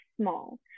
small